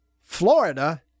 Florida